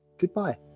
goodbye